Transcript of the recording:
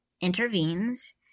intervenes